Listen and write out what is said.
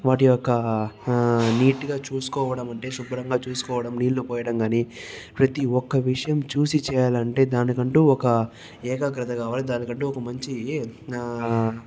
వాటి యొక్క నీటుగా చూసుకోవడం అంటే శుభ్రంగా చూసుకోవడం నీళ్ళు పోయడం కానీ ప్రతి ఒక్క విషయం చూసి చేయాలంటే దానికంటూ ఒక ఏకాగ్రత కావాలి దానికంటే ఒక మంచి